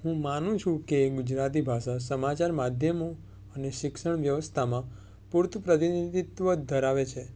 હું માનું છું કે ગુજરાતી ભાષા સમાચાર માધ્યમો અને શિક્ષણ વ્યવસ્થામાં પૂરતું પ્રતિનિધિત્વ ધરાવે છે